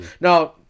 Now